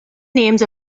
names